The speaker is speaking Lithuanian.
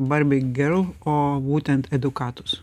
barbė gerl o būtent edukatus